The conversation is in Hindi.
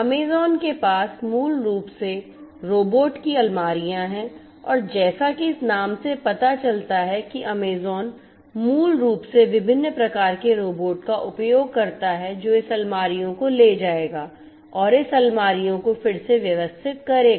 अमेज़ॅन के पास मूल रूप से रोबोट की अलमारियाँ हैं और जैसा कि इस नाम से पता चलता है कि अमेज़ॅन मूल रूप से विभिन्न प्रकार के रोबोट का उपयोग करता है जो इस अलमारियों को ले जाएगा और इस अलमारियों को फिर से व्यवस्थित करेगा